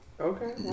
Okay